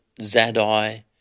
Zadai